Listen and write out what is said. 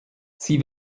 sie